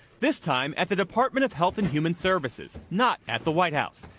this time at the department of health and human services, not at the white house.